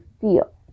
feel